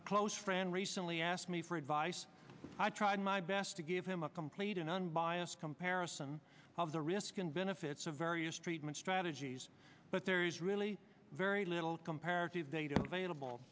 a close friend recently asked me for advice i tried my best to give him a complete and unbiased comparison of the risk and benefits of various treatment strategies but there is really very little comparative data available